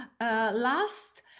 last